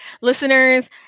listeners